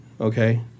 okay